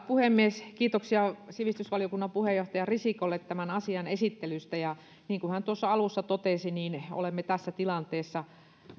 puhemies kiitoksia sivistysvaliokunnan puheenjohtaja risikolle tämän asian esittelystä ja niin kuin hän tuossa alussa totesi olemme tässä tilanteessa